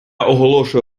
оголошую